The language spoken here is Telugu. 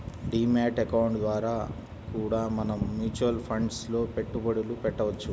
డీ మ్యాట్ అకౌంట్ ద్వారా కూడా మనం మ్యూచువల్ ఫండ్స్ లో పెట్టుబడులు పెట్టవచ్చు